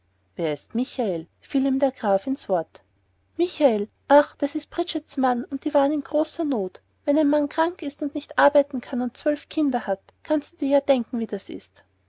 wer ist denn michael fiel ihm der graf ins wort michael ach das ist bridgets mann und die waren in großer not wenn ein mann krank ist und nicht arbeiten kann und zwölf kinder hat kannst du dir ja denken wie das ist